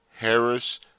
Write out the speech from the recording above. Harris